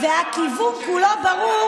והכיוון כולו ברור,